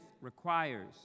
requires